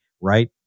right